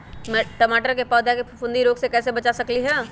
टमाटर के पौधा के फफूंदी रोग से कैसे बचा सकलियै ह?